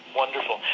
wonderful